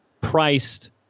priced